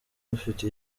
bafite